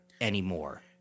anymore